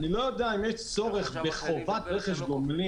אני לא יודע אם יש צורך בחובת רכש גומלין,